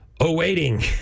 awaiting